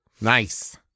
Nice